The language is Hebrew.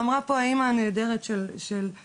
ויודעת מה הן הזכויות של ילד